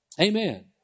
Amen